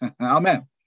Amen